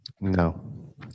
No